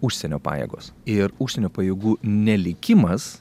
užsienio pajėgos ir užsienio pajėgų ne likimas